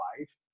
life